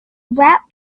wrapped